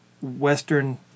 Western